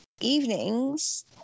evenings